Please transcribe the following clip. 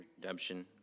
redemption